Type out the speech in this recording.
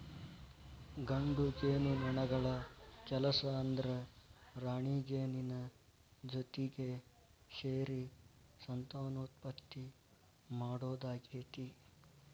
ಗಂಡು ಜೇನುನೊಣಗಳ ಕೆಲಸ ಅಂದ್ರ ರಾಣಿಜೇನಿನ ಜೊತಿಗೆ ಸೇರಿ ಸಂತಾನೋತ್ಪತ್ತಿ ಮಾಡೋದಾಗೇತಿ